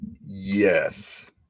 yes